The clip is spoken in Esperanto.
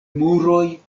muroj